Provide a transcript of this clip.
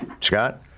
scott